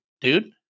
dude